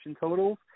totals